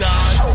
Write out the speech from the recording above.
God